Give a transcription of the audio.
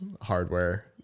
hardware